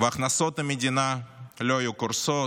והכנסות המדינה לא היו קורסות